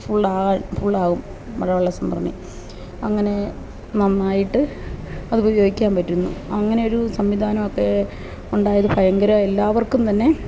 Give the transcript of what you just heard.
ഫുള്ളായി ഫുളളാകും മഴവെള്ളസംഭരണി അങ്ങനെ നന്നായിട്ട് അതുപയോഗിക്കാൻ പറ്റുന്നു അങ്ങനെയൊരു സംവിധാനമൊക്കെ ഉണ്ടായത് ഭയങ്കര എല്ലാവര്ക്കും തന്നെ